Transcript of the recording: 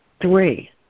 three